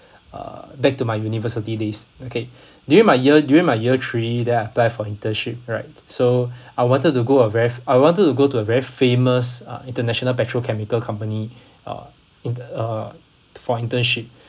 uh back to my university days okay during my year during my year three then I apply for internship right so I wanted to go a ve~ I wanted to go to a very famous uh international petrochemical company uh in uh for internship